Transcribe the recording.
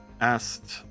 asked